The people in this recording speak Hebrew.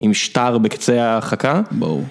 עם שטר בקצה ההחכה? ברור.